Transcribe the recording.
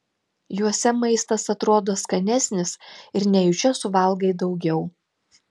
juose maistas atrodo skanesnis ir nejučia suvalgai daugiau